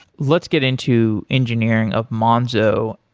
let's get into engineering of monzo.